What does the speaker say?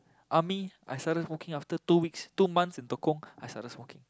army I started smoking after two weeks two months in Tekong I started smoking